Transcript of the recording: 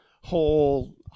whole